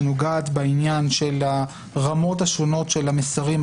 שנוגעת בעניין של הרמות השונות של המסרים,